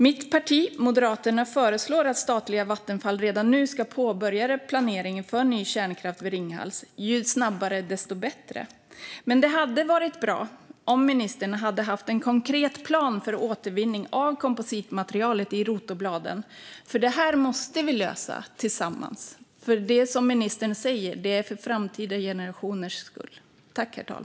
Mitt parti, Moderaterna, föreslår att statliga Vattenfall redan nu ska påbörja planeringen för ny kärnkraft vid Ringhals - ju snabbare, desto bättre. Men det hade varit bra om ministern hade haft en konkret plan för återvinning av kompositmaterialet i rotorbladen, för det här måste vi lösa tillsammans för, som ministern säger, framtida generationers skull.